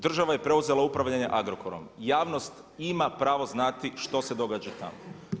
Država je preuzela upravljanje Agrokorom, javnost ima pravo znati što se događa tamo.